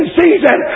season